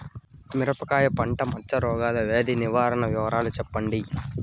మిరపకాయ పంట మచ్చ రోగాల వ్యాధి నివారణ వివరాలు చెప్పండి?